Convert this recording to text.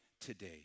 today